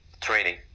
training